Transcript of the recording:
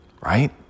right